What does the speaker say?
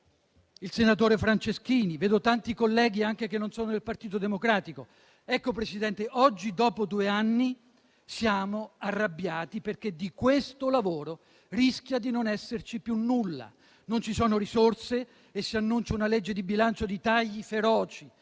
il senatore Franceschini, ma anche altri che non sono del Partito Democratico: oggi, signor Presidente, dopo due anni, siamo arrabbiati, perché di questo lavoro rischia di non esserci più nulla. Non ci sono risorse e si annuncia una legge di bilancio di tagli feroci: